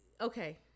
Okay